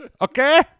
Okay